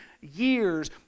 years